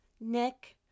Nick